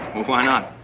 why not?